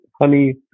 honey